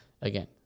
again